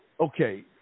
Okay